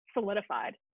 solidified